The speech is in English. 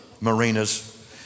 marinas